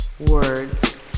words